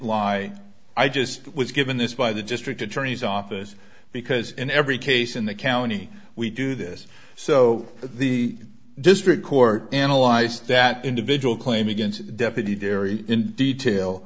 lie i just was given this by the district attorney's office because in every case in the county we do this so the district court analyzed that individual claim against deputy darry in